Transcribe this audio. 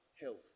health